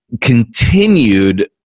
continued